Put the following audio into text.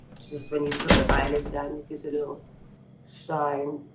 just when you put the eyelids down, it gives a little shine.